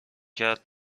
کرد